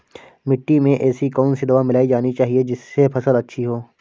मिट्टी में ऐसी कौन सी दवा मिलाई जानी चाहिए जिससे फसल अच्छी हो?